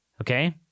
Okay